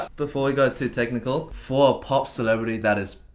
before we go too technical. for a pop celebrity, that is.